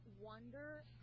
wonder